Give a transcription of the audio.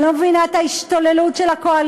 אני לא מבינה את ההשתוללות של הקואליציה.